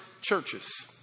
churches